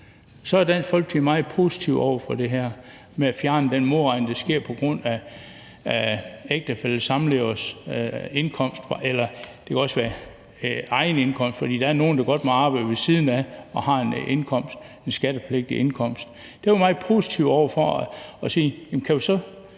er Dansk Folkeparti meget positiv over for det her med at fjerne den modregning, der sker på grund af ægtefælles eller samlevers indkomst. Det kan også være egen indkomst, fordi der er nogle, der godt må arbejde ved siden af og har en skattepligtig indkomst. Vi er meget positive over for at høre, om vi kan få